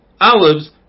olives